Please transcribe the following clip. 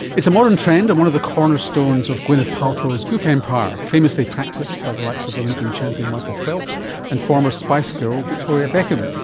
it's a modern trend and one of the cornerstones of gwyneth paltrow's goop empire, famously practised by the likes of olympian champion michael phelps and former spice girl victoria beckham.